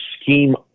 scheme